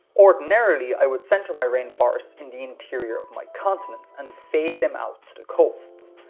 ordinarily, i would center my rainforest in the interior of my continents and fade them out to the coasts.